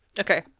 Okay